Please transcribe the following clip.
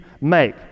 make